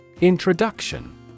Introduction